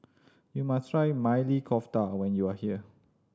you must try Maili Kofta when you are here